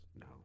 No